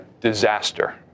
Disaster